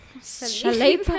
sleep